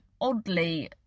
oddly